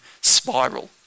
spiral